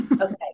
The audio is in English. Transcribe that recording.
Okay